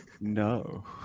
no